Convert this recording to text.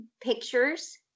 pictures